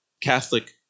Catholic